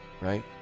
right